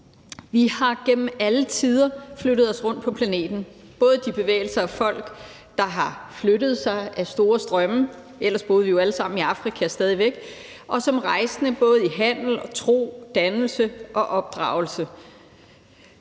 Vi har gennem alle tider flyttet os rundt på planeten, både ved at folk har flyttet sig i store strømme – ellers boede vi jo alle sammen i Afrika stadig væk – og som rejsende i handel, tro, dannelse og opdragelse.